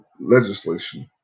legislation